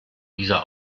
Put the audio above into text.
dieser